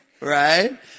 right